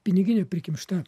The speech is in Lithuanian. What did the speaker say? piniginė prikimšta